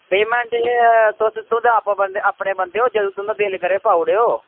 ते तुस अपने बंदे ओ जेल्लै तुंदा मन होग देई ओड़ेओ